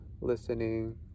listening